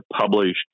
published